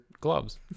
gloves